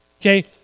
Okay